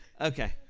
Okay